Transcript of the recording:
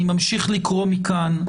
אני ממשיך לקרוא מכאן,